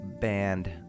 band